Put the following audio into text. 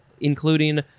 including